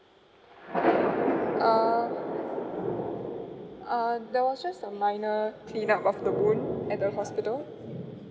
uh uh that was just a minor clean up of the wound at the hospital